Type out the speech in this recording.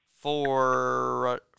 Four